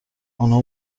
آنها